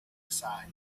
aside